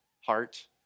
heart